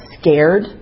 scared